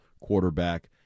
quarterback